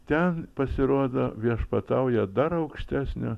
ten pasirodo viešpatauja dar aukštesnio